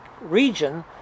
region